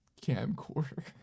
camcorder